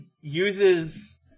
uses